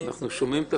כי